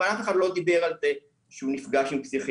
אבל אף אחד לא דיבר על זה שהוא נפגש עם פסיכיאטר.